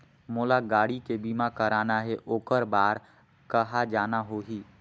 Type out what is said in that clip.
मोला गाड़ी के बीमा कराना हे ओकर बार कहा जाना होही?